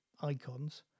icons